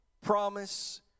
promise